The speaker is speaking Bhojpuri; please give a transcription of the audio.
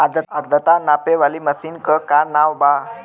आद्रता नापे वाली मशीन क का नाव बा?